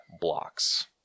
blocks